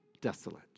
desolate